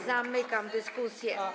Zamykam dyskusję.